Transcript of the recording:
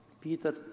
Peter